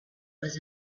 was